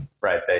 right